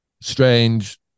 strange